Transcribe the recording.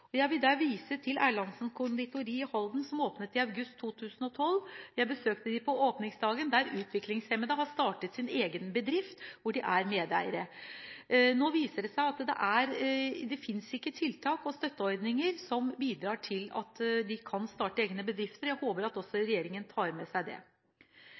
medeiere. Jeg vil der vise til Erlandsen konditori i Drammen, som åpnet i august 2012 – jeg besøkte dem på åpningsdagen – der utviklingshemmede har startet sin egen bedrift der de er medeiere. Nå viser det seg at det ikke finnes tiltak og støtteordninger som bidrar til at utviklingshemmede kan starte egne bedrifter. Jeg håper at regjeringen også tar med seg det.